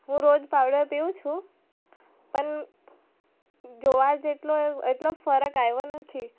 હું રોજ પાવડર પીવું છું પણ જોવા જેટલો એટલો ફરક આવ્યો નથી